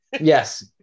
Yes